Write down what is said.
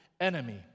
enemy